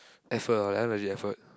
effort ah that one legit effort